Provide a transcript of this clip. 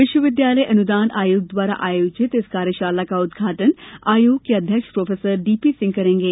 विश्वविद्यालय अनुदान आयोग द्वारा आयोजित इस कार्यशाला का उद्घाटन आयोग के अध्यक्ष प्रोफेसर डीपी सिंह करेंगे